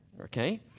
okay